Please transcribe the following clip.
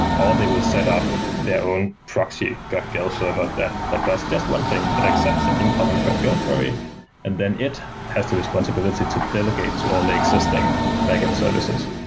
they will set up their own proxy graphql server that that does just one thing. it accepts an incoming graphql query and then it has the responsibility to delegate to all the existing backend services.